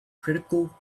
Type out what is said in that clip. critical